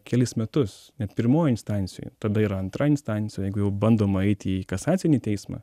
kelis metus net pirmoj instancijoj tada yra antra instancija jeigu jau bandoma eiti į kasacinį teismą